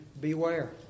beware